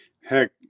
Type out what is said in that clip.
heck